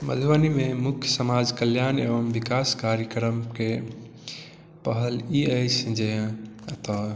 मधुबनी मे मुख्य समाज कल्याण एवं विकास कार्यक्रम के पहल ई अछि जे एतए